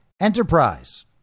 enterprise